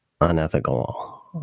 unethical